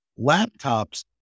laptops